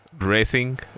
Racing